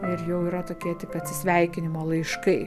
ir jau yra tokie tik atsisveikinimo laiškai